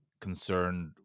concerned